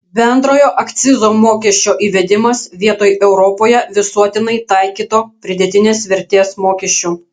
bendrojo akcizo mokesčio įvedimas vietoj europoje visuotinai taikyto pridėtinės vertės mokesčio